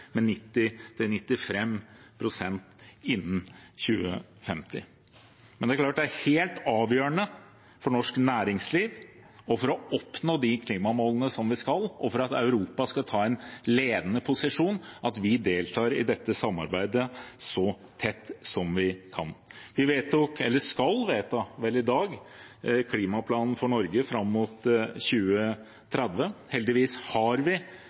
med 90–95 pst. innen 2050. Men det er klart det er helt avgjørende – for norsk næringsliv, for å oppnå de klimamålene vi skal oppnå, og for at Europa skal ta en ledende posisjon – at vi deltar i dette samarbeidet så tett som vi kan. Vi skal vedta klimaplanen for Norge fram mot 2030. Heldigvis har vi